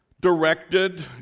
directed